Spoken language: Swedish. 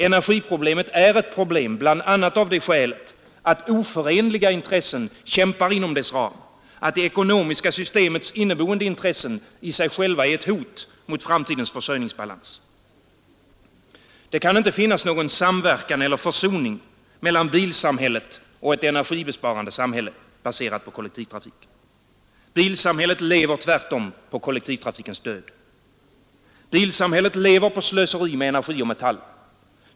Energiproblemet är ett problem bl.a. av det skälet att oförenliga intressen kämpar inom dess ram, att det ekonomiska systemets inneboende intressen i sig själva är ett hot mot framtidens försörjningsbalans. Det kan inte finnas någon samverkan eller försoning mellan bilsamhället och ett energibesparande samhälle, baserat på kollektivtrafik. Bilsamhället lever tvärtom på kollektivtrafikens död. Bilsamhället lever på slöseri med energi och metaller.